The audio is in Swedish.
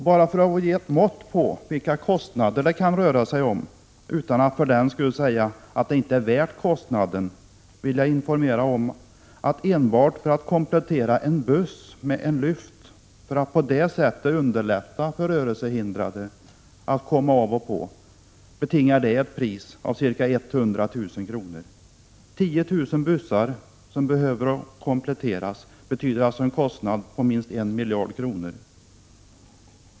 Bara för att ge ett mått på vilka kostnader det kan röra sig om, utan att för den skull säga att det inte är värt kostnaden, vill jag informera om att enbart en komplettering av en buss med en lyft, för att underlätta för rörelsehindrade att komma av och på, betingar ett pris av ca 100 000 kr. En sådan komplettering av 10 000 bussar betyder alltså en kostnad på minst 1 miljard kronor.